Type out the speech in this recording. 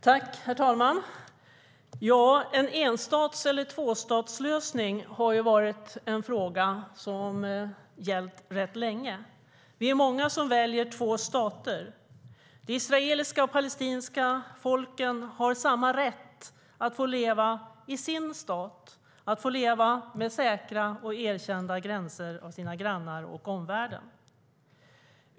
Herr talman! Ja, om det ska vara en enstats eller tvåstatslösning har ju varit en fråga som gällt rätt länge. Vi är många som väljer två stater. De israeliska och palestinska folken har samma rätt att leva i sin stat, med gränser som är säkra och erkända av grannarna och omvärlden.